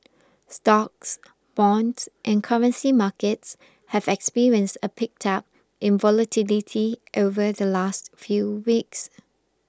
stocks bonds and currency markets have experienced a pickup in volatility over the last few weeks